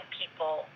people